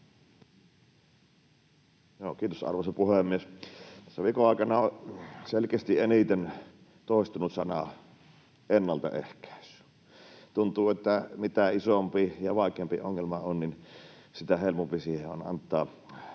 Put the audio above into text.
Kiitos, arvoisa puhemies! Tässä viikon aikana on selkeästi eniten toistunut sana ”ennaltaehkäisy”. Tuntuu, että mitä isompi ja vaikeampi ongelma on, sitä helpompi siihen on antaa